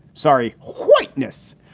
sorry, whiteness.